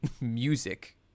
music